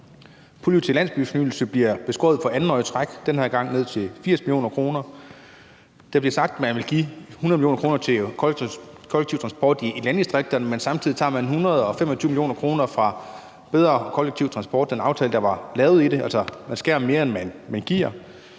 til landsbyfornyelse bliver beskåret for andet år i træk, denne gang ned til 80 mio. kr.; der bliver sagt, at man vil give 100 mio. kr. til kollektiv transport i landdistrikterne, men samtidig tager man 125 mio. kr. fra aftalen om bedre kollektiv transport, man skærer altså mere, end man giver;